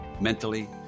mentally